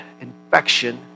infection